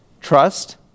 Trust